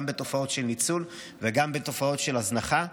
גם בתופעות של ניצול וגם בתופעות של הזנחה.